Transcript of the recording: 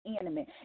enemy